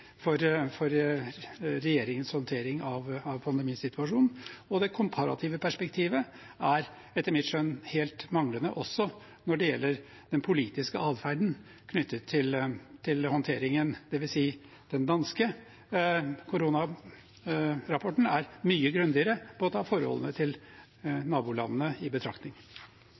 for regjeringens håndtering av pandemisituasjonen. Det komparative perspektivet er etter mitt skjønn helt manglende også når det gjelder den politiske atferden knyttet til håndteringen. Det vil si: Den danske koronarapporten er mye grundigere og tar forholdene til nabolandene i betraktning.